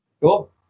Cool